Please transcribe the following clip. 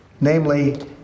namely